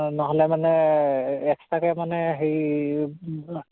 নহ'লে মানে এক্সট্ৰাকে মানে হেৰি